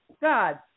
God